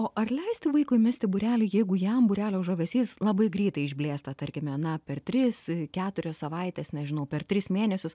o ar leisti vaikui mesti būrelį jeigu jam būrelio žavesys labai greitai išblėsta tarkime na per tris keturias savaites nežinau per tris mėnesius